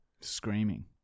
Screaming